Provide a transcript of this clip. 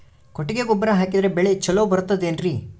ಕೊಟ್ಟಿಗೆ ಗೊಬ್ಬರ ಹಾಕಿದರೆ ಬೆಳೆ ಚೊಲೊ ಬರುತ್ತದೆ ಏನ್ರಿ?